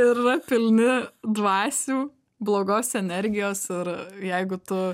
ir yra pilni dvasių blogos energijos ir jeigu tu